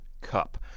Cup